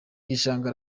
bishanga